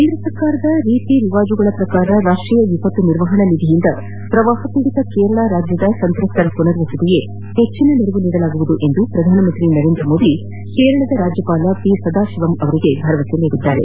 ಕೇಂದ್ರ ಸರ್ಕಾರದ ರೀತಿ ರಿವಾಜುಗಳ ಪ್ರಕಾರ ರಾಷ್ಷೀಯ ವಿಪತ್ತು ನಿರ್ವಹಣಾ ನಿಧಿಯಿಂದ ಪ್ರವಾಹ ಪೀಡಿತ ಕೇರಳ ರಾಜ್ಯದ ಸಂತ್ರಸ್ತರ ಪುನರ್ವಸತಿಗೆ ಹೆಚ್ಚಿನ ನೆರವು ನೀಡಲಾಗುವುದು ಎಂದು ಪ್ರಧಾನ ಮಂತ್ರಿ ನರೇಂದ್ರ ಮೋದಿ ಕೇರಳ ರಾಜ್ಲಪಾಲ ಪಿ ಸದಾಶಿವಂ ಅವರಿಗೆ ಭರವಸೆ ನೀಡಿದ್ದಾರೆ